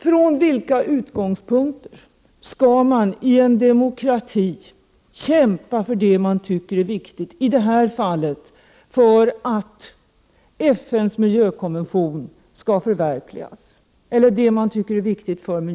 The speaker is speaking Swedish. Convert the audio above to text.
Från vilka utgångspunkter skall man alltså i en demokrati kämpa för det som man tycker är viktigt för miljön — idet här fallet för att FN:s miljökonvention skall kunna förverkligas?